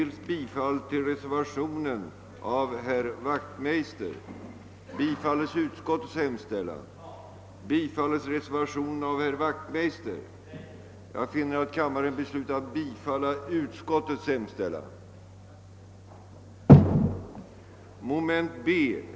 Löneboställes skog, prästlönefondsfastighet, kyrkofondsfastighet, domkyrkas fastighet och biskopsgård förvaltas av stiftsnämnden. Lunds domkyrkas fastigheter förvaltas dock av ett särskilt domkyrkoråd.